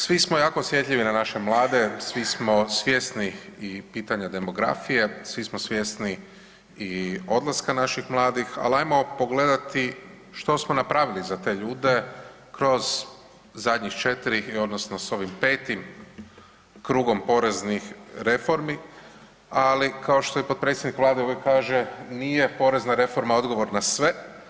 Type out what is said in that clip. Svi smo jako osjetljivi na naše mlade, svi smo svjesni i pitanja demografije, svi smo svjesni i odlaska naših mladih, ali ajmo pogledati što smo napravili za te ljude kroz zadnjih 4, i odnosno s ovim 5. krugom poreznih reformi, ali, kao što je potpredsjednik Vlade kaže, nije porezna reforma odgovor na sve.